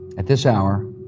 at this hour,